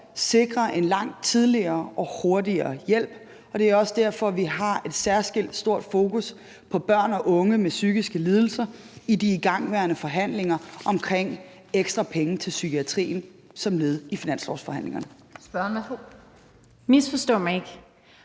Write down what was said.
sikre en langt tidligere og hurtigere hjælp. Det er også derfor, vi har et særskilt stort fokus på børn og unge med psykiske lidelser i de igangværende forhandlinger om ekstra penge til psykiatrien som led i finanslovsforhandlingerne. Kl. 15:47 Den fg. formand (Annette